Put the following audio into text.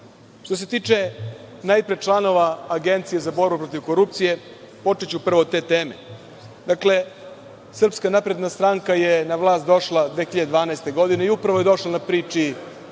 se tiče najpre članova Agencije za borbu protiv korupcije, počeću prvo od te teme. Dakle, SNS je na vlast došla 2012. godine i upravo je došla na priči